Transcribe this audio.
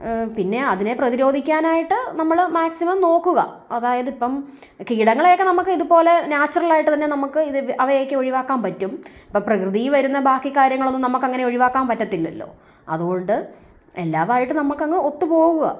പിന്നെ അതിനെ പ്രതിരോധിക്കാനായിട്ട് നമ്മൾ മാക്സിമം നോക്കുക അതായത് ഇപ്പം കീടങ്ങളെയൊക്കെ നമുക്ക് ഇത് പോലെ നാച്ചുറലായിട്ട് തന്നെ നമുക്ക് അവയെ ഒക്കെ ഒഴിവാക്കാൻ പറ്റും ഇപ്പോൾ പ്രകൃതിയിൽ വരുന്ന ബാക്കി കാര്യങ്ങളൊന്നും നമുക്കങ്ങനെ ഒഴിവാക്കാൻ പറ്റത്തില്ലല്ലോ അതുകൊണ്ടു എല്ലാമായിട്ടും നമുക്കങ്ങ് ഒത്തുപോകുക